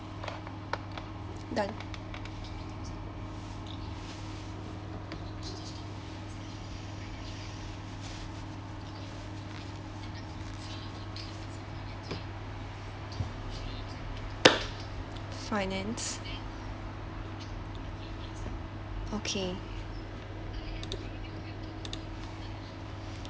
done finance okay